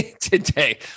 Today